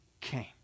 came